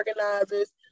organizers